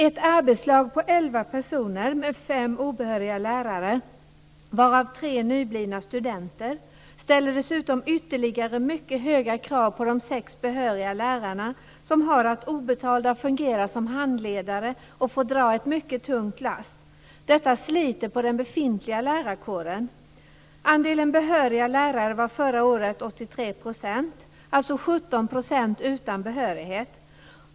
Ett arbetslag på elva personer med fem obehöriga lärare, varav tre nyblivna studenter, ställer dessutom ytterligare mycket höga krav på de sex behöriga lärarna, som har att obetalda fungera som handledare och som får dra ett mycket tungt lass. Detta sliter på den befintliga lärarkåren. Andelen behöriga lärare var förra året 83 %. Andelen utan behörighet var alltså 17 %.